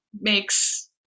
makes